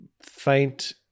faint